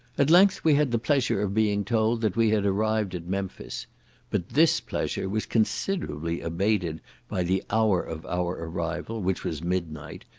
at length we had the pleasure of being told that we had arrived at memphis but this pleasure was considerably abated by the hour of our arrival, which was midnight,